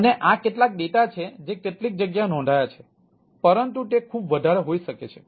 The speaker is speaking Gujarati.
અને આ કેટલાક ડેટા છે જે કેટલીક જગ્યાએ નોંધાયા છે પરંતુ તે ખૂબ વધારે હોઈ શકે છે